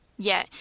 yet,